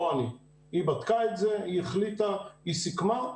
לא אני, היא בדקה את זה, היא החליטה, היא סיכמה,